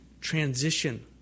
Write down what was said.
transition